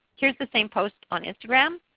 here's the same post on instagram.